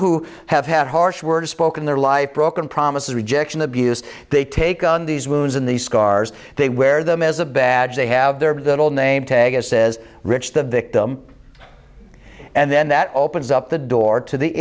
who have had harsh words spoken their life broken promises rejection abuse they take on these wounds in these scars they wear them as a badge they have their little name tag it says rich the victim and then that opens up the door to the